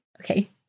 Okay